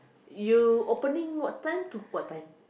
you opening what time to what time